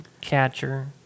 catcher